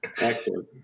Excellent